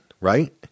right